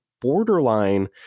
borderline